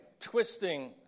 twisting